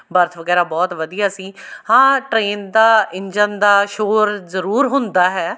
birth ਵਗੈਰਾ ਬਹੁਤ ਵਧੀਆ ਸੀ ਹਾਂ ਟਰੇਨ ਦਾ ਇੰਜਨ ਦਾ ਸ਼ੋਰ ਜ਼ਰੂਰ ਹੁੰਦਾ ਹੈ